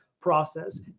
process